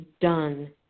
done